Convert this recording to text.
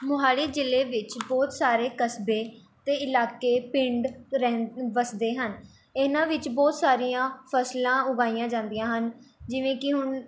ਮੋਹਾਲੀ ਜ਼ਿਲ੍ਹੇ ਵਿੱਚ ਬਹੁਤ ਸਾਰੇ ਕਸਬੇ ਅਤੇ ਇਲਾਕੇ ਪਿੰਡ ਰਹਿਂ ਵਸਦੇ ਹਨ ਇਹਨਾਂ ਵਿੱਚ ਬਹੁਤ ਸਾਰੀਆਂ ਫ਼ਸਲਾਂ ਉਗਾਈਆਂ ਜਾਂਦੀਆਂ ਹਨ ਜਿਵੇਂ ਕਿ ਹੁਣ